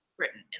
Britain